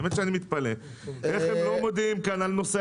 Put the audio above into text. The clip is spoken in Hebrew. באמת שאני מתפלא איך הם לא מודיעים כאן על נושא